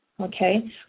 okay